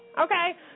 okay